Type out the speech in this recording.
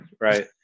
right